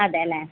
അതെ അല്ലേ